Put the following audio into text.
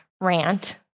rant